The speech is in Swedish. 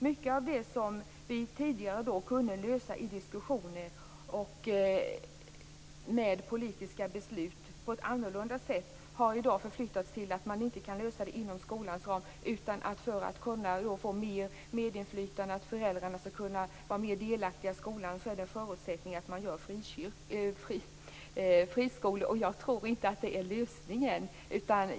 Mycket av det som tidigare kunde lösas genom diskussioner och politiska beslut kan i dag inte längre lösas inom skolans ram. För att öka inflytandet från bl.a. föräldrar är förutsättningen att man inrättar friskolor. Jag tror inte att detta är lösningen.